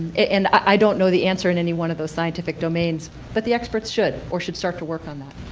and i don't know the answer in any one of those scientific domains but the experts should or should start to work on that.